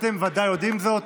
אתם ודאי יודעים זאת.